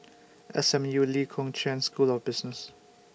S M U Lee Kong Chian School of Business